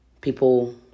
people